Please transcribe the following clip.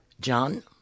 John